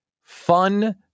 Fun